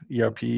ERP